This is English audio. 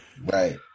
Right